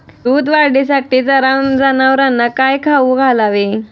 दूध वाढीसाठी जनावरांना काय खाऊ घालावे?